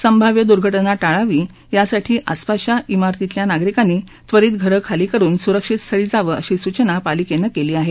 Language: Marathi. संभाव्य दुर्घटना टाळावी यासाठी आसपासच्या इमारतीतल्या नागरिकांनी त्वरीत घरं खाली करून सुरक्षित स्थळी जावं अशी सूचनाही पालिकेनं केली आहे